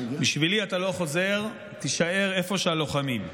"בשבילי אתה לא חוזר, תישאר איפה שהלוחמים".